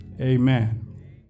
amen